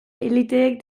eliteek